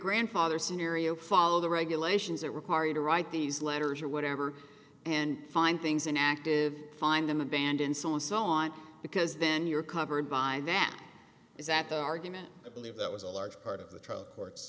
grandfather scenario follow the regulations that require you to write these letters or whatever and find things in active find them abandon so and so on because then you're covered by that is that the argument i believe that was a large part of the tr